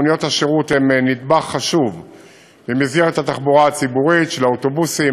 מוניות השירות הן נדבך חשוב במסגרת התחבורה הציבורית של האוטובוסים,